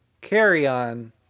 carry-on